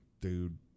dude